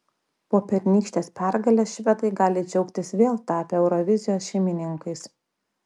po pernykštės pergalės švedai gali džiaugtis vėl tapę eurovizijos šeimininkais